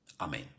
Amen